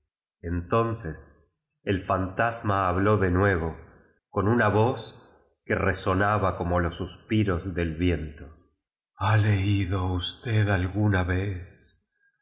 entonces el fantasma habló de nuevo con lina voz que resonaba como los suspiros del viento ha leído usted alguna vez